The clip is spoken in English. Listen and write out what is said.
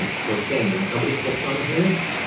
um so it's saying when somebody clicks on here,